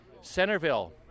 Centerville